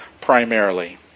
primarily